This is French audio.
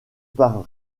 par